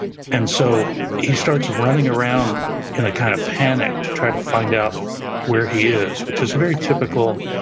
and so he starts running around in a kind of panic to try to find out where he is, which is very typical.